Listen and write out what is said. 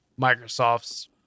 Microsoft's